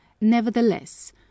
nevertheless